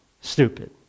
stupid